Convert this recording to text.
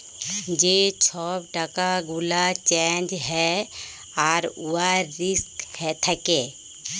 যে ছব টাকা গুলা চ্যাঞ্জ হ্যয় আর উয়ার রিস্ক থ্যাকে